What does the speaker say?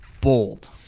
bold